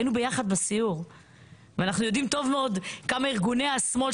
היינו יחד בסיור ואנחנו יודעים טוב מאוד כמה ארגוני השמאל,